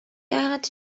яагаад